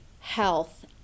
health